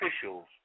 officials